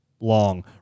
long